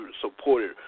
supported